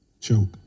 choke